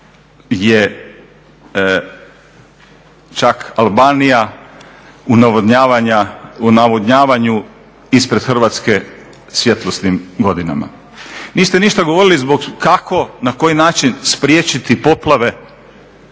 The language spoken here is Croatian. je čak Albanija u navodnjavanju ispred Hrvatske svjetlosnim godinama. Niste ništa govorili kako, na koji način spriječiti poplave,